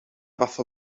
fath